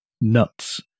nuts